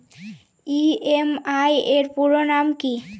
EMI এর পুরোনাম কী?